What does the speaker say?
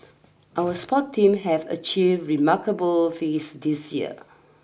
our sport team have achieve remarkable feast this year